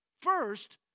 First